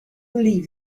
believed